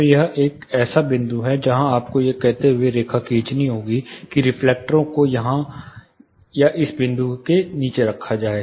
तो यह एक ऐसा बिंदु है जहां आपको यह कहते हुए रेखा खींचनी होगी कि रिफ्लेक्टरों को यहां या इस बिंदु से नीचे रखा जाएगा